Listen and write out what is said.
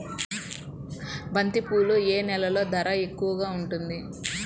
బంతిపూలు ఏ నెలలో ధర ఎక్కువగా ఉంటుంది?